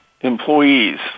employees